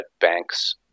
banks